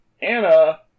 Anna